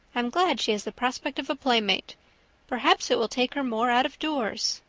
i'm glad she has the prospect of a playmate perhaps it will take her more out-of-doors.